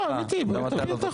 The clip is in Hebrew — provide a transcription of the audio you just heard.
לא, אמיתי תביאו את החוק.